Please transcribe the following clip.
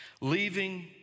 Leaving